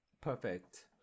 Perfect